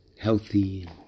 healthy